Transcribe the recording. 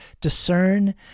discern